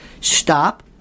Stop